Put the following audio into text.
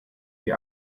die